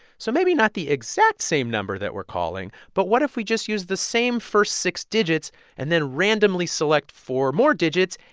so maybe not the exact same number that we're calling. but what if we just use the same first six digits and then randomly select four more digits?